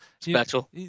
Special